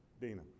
Dina